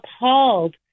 appalled